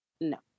No